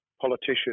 politician